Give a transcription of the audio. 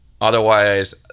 Otherwise